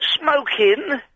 smoking